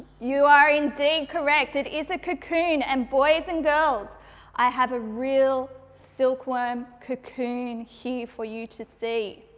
you are indeed correct, it is a cocoon. and boys and girls i have a real silkworm cocoon here for you to see.